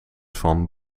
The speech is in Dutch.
van